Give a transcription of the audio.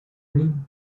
rim